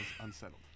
unsettled